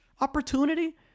opportunity